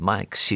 Mike